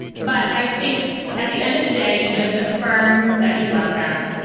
but i think at the end of the day, you just affirm that you love them.